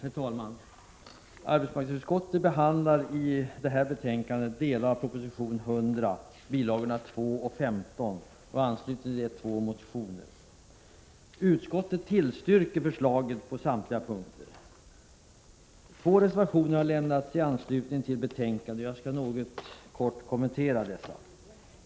Herr talman! Arbetsmarknadsutskottet behandlar i detta betänkande delar av proposition 100, bil. 2 och 15, samt i anslutning härtill två motioner. Utskottet tillstyrker regeringens förslag på samtliga punkter. Två reservationer har fogats till betänkandet. Jag skall kort kommentera dessa.